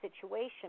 situation